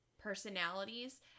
personalities